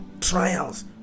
trials